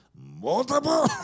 Multiple